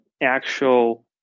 actual